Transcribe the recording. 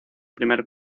primer